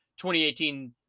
2018